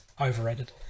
overrated